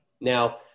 Now